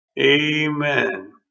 Amen